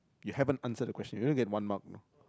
you haven't answer the question you only get one mark you know